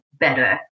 better